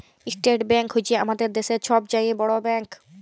state bank হছে আমাদের দ্যাশের ছব চাঁয়ে বড় ব্যাংক